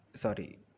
sorry